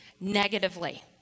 negatively